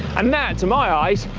um that, to my eyes,